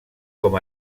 com